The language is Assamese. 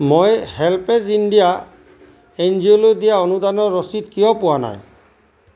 মই হেল্পএ'জ ইণ্ডিয়া এন জি অ'লৈ দিয়া অনুদানৰ ৰচিদ কিয় পোৱা নাই